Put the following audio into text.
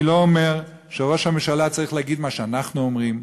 אני לא אומר שראש הממשלה צריך להגיד את מה שאנחנו אומרים,